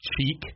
cheek